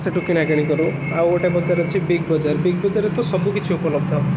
ସେଇଠୁ କିଣାକିଣିକରୁ ଆଉ ଗୋଟେ ବଜାର ଅଛି ବିଗବଜାର ବିଗବଜାରରେ ତ ସବୁ କିଛି ଉପଲବ୍ଧ